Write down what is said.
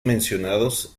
mencionados